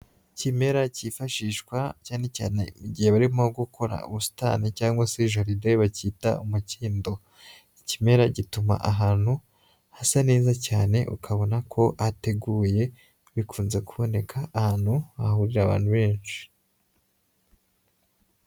Ikimera cyifashishwa cyane cyane igihe barimo gukora ubusitani cyangwa se jaride bacyita umukindo, ikimera gituma ahantu hasa neza cyane, ukabona ko hateguye bikunze kuboneka ahantu hahurira abantu benshi.